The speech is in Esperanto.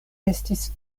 estis